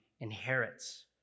inherits